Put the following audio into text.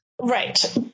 Right